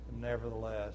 Nevertheless